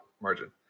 margin